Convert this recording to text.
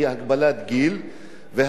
והדבר השני זה